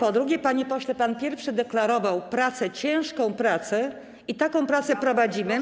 Po drugie, panie pośle, pan pierwszy deklarował pracę, ciężką pracę, i taką pracę prowadzimy.